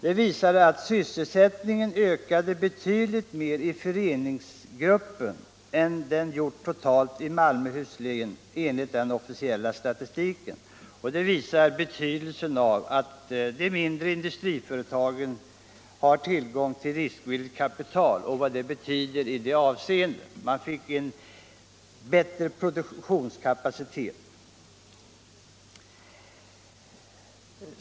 Det visade sig att sysselsättningen ökat betydligt mer i föreningsgruppen än den gjort totalt i Malmöhus län enligt den officiella statistiken. Det visar betydelsen av att de mindre industriföretagen har tillgång till riskvilligt kapital. De som hade tillgång till sådan kapital fick en bättre produktionskapacitet.